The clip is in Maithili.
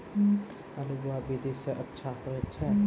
आलु बोहा विधि सै अच्छा होय छै?